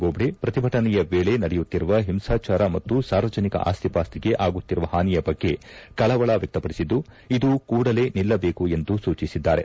ಬೋಬ್ನೆ ಪ್ರತಿಭಟನೆಯ ವೇಳೆ ನಡೆಯುತ್ತಿರುವ ಹಿಂಸಾಚಾರ ಮತ್ತು ಸಾರ್ವಜನಿಕ ಆಸ್ತಿಪಾಸ್ತಿಗೆ ಆಗುತ್ತಿರುವ ಪಾನಿಯ ಬಗ್ಗೆ ಕಳವಳ ವ್ಯಕ್ತಪಡಿಸಿದ್ದು ಇದು ಕೂಡಲೇ ನಿಲ್ಲಬೇಕು ಎಂದು ಸೂಚಿಸಿದ್ದಾರೆ